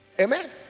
Amen